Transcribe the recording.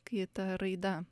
kai ta raida